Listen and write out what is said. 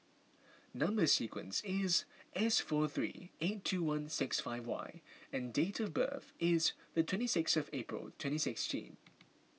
Number Sequence is S four three eight two one six five Y and date of birth is the twenty sixth of April twenty sixteen